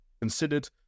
considered